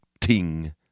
ting